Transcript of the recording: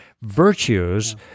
virtues